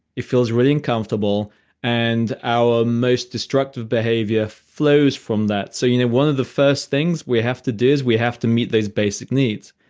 it feels really uncomfortable and our most destructive behavior flows from that. so you know one of the first things we have to do is we have to meet those basic needs.